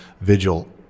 vigil